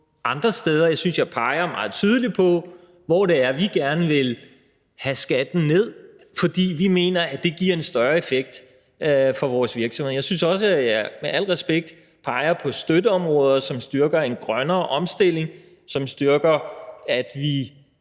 synes, at jeg peger meget tydeligt på, hvor det er, vi gerne vil have skatten ned, fordi vi mener, det giver en større effekt for vores virksomheder. Med al respekt synes jeg også, at jeg peger på støtteområder, som styrker en grønnere omstilling, og som styrker, at vi